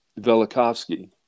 Velikovsky